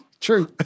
true